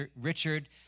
Richard